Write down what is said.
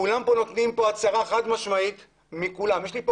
כולם נותנים כאן הצהרה חד משמעית יש לי כאן